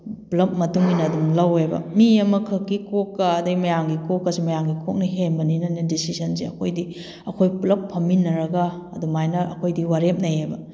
ꯄꯨꯂꯞ ꯃꯇꯨꯡ ꯏꯟꯅ ꯑꯗꯨꯝ ꯂꯧꯋꯦꯕ ꯃꯤ ꯑꯃ ꯈꯛꯀꯤ ꯀꯣꯛꯀ ꯑꯗꯩ ꯃꯌꯥꯝꯒꯤ ꯀꯣꯛꯀꯁꯦ ꯃꯌꯥꯝꯒꯤ ꯀꯣꯛꯅ ꯍꯦꯟꯅꯕꯅꯤꯅꯅꯦ ꯗꯤꯁꯤꯖꯟꯁꯦ ꯑꯩꯈꯣꯏꯗꯤ ꯑꯩꯈꯣꯏ ꯄꯨꯂꯞ ꯐꯝꯃꯤꯟꯅꯔꯒ ꯑꯗꯨꯃꯥꯏꯅ ꯑꯩꯈꯣꯏꯗꯤ ꯋꯥꯔꯦꯞꯅꯩꯌꯦꯕ